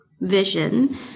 vision